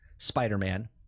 Spider-Man